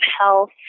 health